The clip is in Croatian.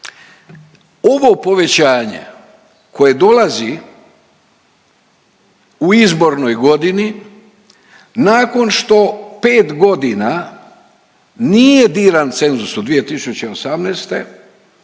Ovo povećanje koje dolazi u izbornoj godini nakon što 5 godina nije diran cenzus od 2018.